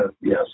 yes